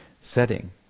setting